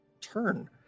turn